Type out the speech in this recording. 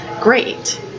great